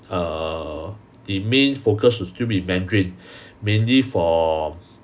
err the main focus will still be mandarin mainly for